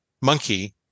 monkey